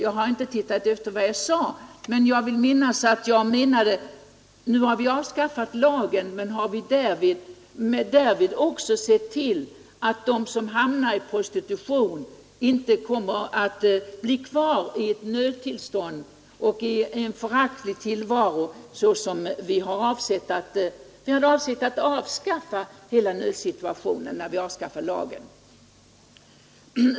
Jag har inte tittat efter i protokollet vad jag sade, men jag vill minnas att det var att nu har vi avskaffat lagen, men har vi därmed också sett till att de som hamnar i prostitution inte blir kvar i ett nödtillstånd och i en föraktlig tillvaro? Vi hade ju avsett att få bort hela nödsituationen när vi avskaffade lagen.